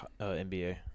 NBA